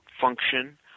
function